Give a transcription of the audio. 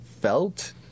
felt